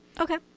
okay